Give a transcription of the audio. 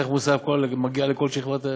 מס ערך מוסף מגיע לכל השכבות.